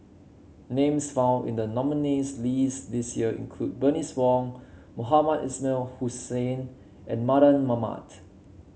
names found in the nominees' list this year include Bernice Wong Mohamed Ismail Hussain and Mardan Mamat